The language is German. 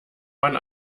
man